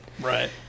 Right